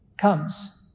comes